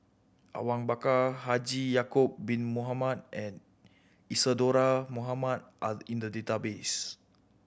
Awang Bakar Haji Ya'acob Bin Mohamed and Isadhora Mohamed are in the database